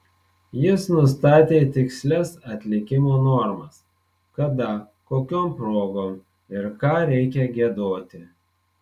jis nustatė tikslias atlikimo normas kada kokiom progom ir ką reikia giedoti